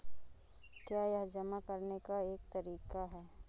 क्या यह जमा करने का एक तरीका है?